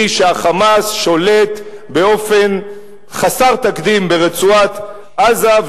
שה"חמאס" שולט באופן חסר תקדים ברצועת-עזה,